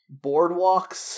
Boardwalks